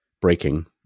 breaking